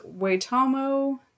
Waitomo